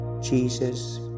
jesus